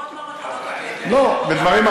הדירות לא מטרידות אותי, נקודה.